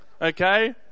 okay